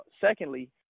Secondly